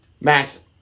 Max